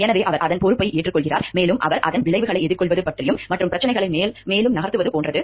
எனவே அவர் அதன் பொறுப்பை ஏற்றுக்கொள்கிறார் மேலும் அவர் அதன் விளைவுகளை எதிர்கொள்வது மற்றும் பிரச்சினைகளை மேலும் நகர்த்துவது போன்றது